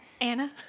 Anna